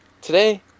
Today